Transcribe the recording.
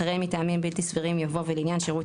אחרי "מטעמים בלתי סבירים" יבוא "ולעניין שירות